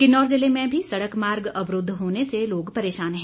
किन्नौर जिले में भी सड़क मार्ग अवरूद्व होने से लोग परेशान है